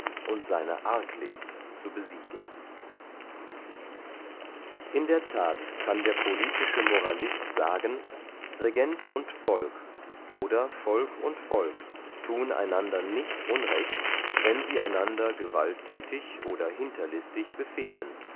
und seine arglist zu besiegen in der that kann der politische moralist sagen regent und volk oder volk und volk thun einander nicht unrecht wenn sie einander gewaltthätig oder hinterlistig befehden